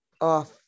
off